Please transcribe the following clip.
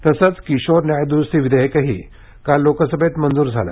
तसंच किशोर न्याय दुरुस्ती विधेयकही काल लोकसभेत मंजूर झालं